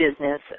business